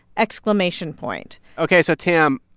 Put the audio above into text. exclamation point ok. so tam,